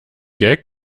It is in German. gag